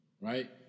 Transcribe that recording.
right